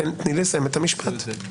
אתה יכול לעשות fine tuning.